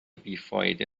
بیفایده